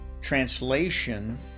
translation